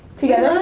together.